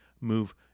move